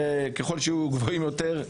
ככל שיהיו גבוהים יותר,